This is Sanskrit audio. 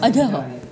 अधः